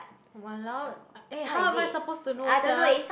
!walao! ah eh how am I suppose to know sia